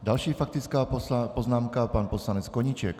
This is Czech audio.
Další faktická poznámka pan poslanec Koníček.